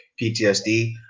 PTSD